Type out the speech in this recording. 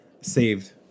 saved